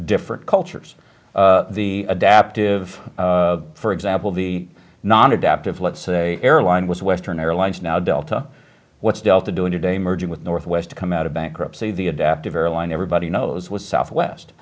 different cultures the adaptive for example the non adaptive let's say airline was western airlines now delta what's delta doing today merging with northwest to come out of bankruptcy the adaptive airline everybody knows with southwest